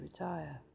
retire